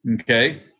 Okay